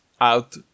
out